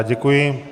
Děkuji.